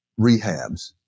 rehabs